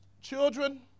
children